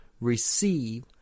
receive